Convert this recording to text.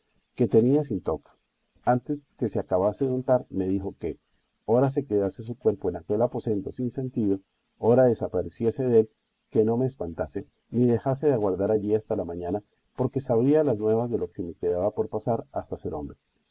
que tenía sin toca antes que se acabase de untar me dijo que ora se quedase su cuerpo en aquel aposento sin sentido ora desapareciese dél que no me espantase ni dejase de aguardar allí hasta la mañana porque sabría las nuevas de lo que me quedaba por pasar hasta ser hombre